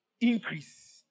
increase